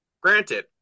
granted